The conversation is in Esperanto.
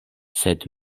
sed